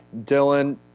Dylan